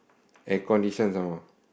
air conditioned some more